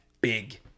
big